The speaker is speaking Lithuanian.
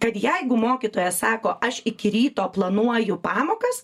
kad jeigu mokytojas sako aš iki ryto planuoju pamokas